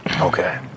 Okay